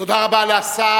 תודה רבה לשר.